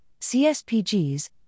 CSPGs